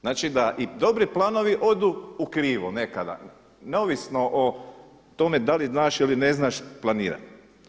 Znači da i dobri planovi odu u krivo nekada neovisno o tome da li znaš ili ne znaš planirati.